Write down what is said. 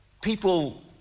people